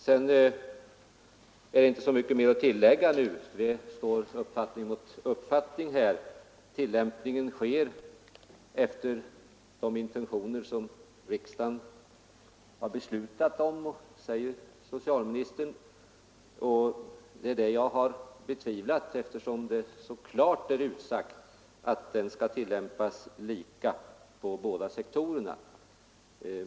Sedan är det inte så mycket mer att tillägga. Här står uppfattning mot uppfattning. Tillämpningen sker efter de intentioner som riksdagen har beslutat om, säger socialministern. Det är det jag har betvivlat, eftersom det så klart är utsagt att reformen skall tillämpas lika på båda sektorerna.